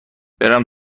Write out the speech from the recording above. برم